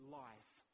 life